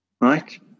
Right